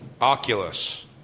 Oculus